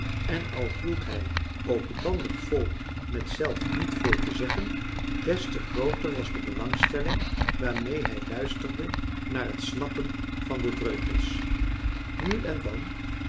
en al hield hij ook dan nog vol met zelf niet veel te zeggen des te grooter was de belangstelling waarmee hij luisterde naar het snappen van de dreutels nu en dan